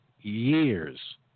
years